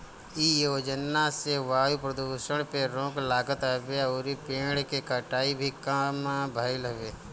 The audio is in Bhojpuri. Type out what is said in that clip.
इ योजना से वायु प्रदुषण पे रोक लागत हवे अउरी पेड़ के कटाई भी कम भइल हवे